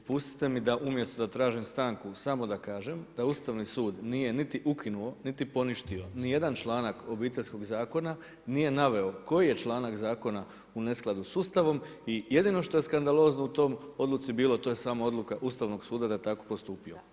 Dopustite mi da umjesto da tražim stanku samo da kažem, da Ustavni sud nije niti ukinuo niti poništio ni jedan članak Obiteljskog zakona, nije naveo koji je članak zakona u neskladu s Ustavom i jedino što je skandalozno u toj Odluci to je samo odluka Ustavnog suda da je tako postupio.